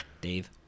Dave